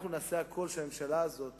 אנחנו נעשה הכול כדי שהממשלה הזאת